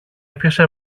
έπιασε